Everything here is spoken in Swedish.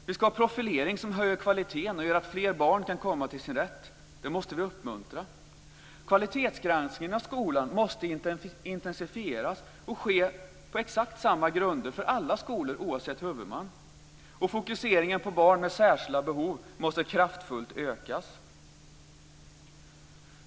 Vi ska ha profilering som hög kvalitet som gör att fler barn kan komma till sin rätt. Det måste vi uppmuntra. Kvalitetsgranskningen av skolan måste intensifieras och ske på exakt samma grunder för alla skolor oavsett huvudman. Och fokuseringen på barn med särskilda behov måste kraftfullt ökas.